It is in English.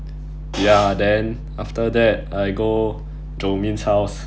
ya then after that I go jomin's house